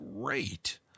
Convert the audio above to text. great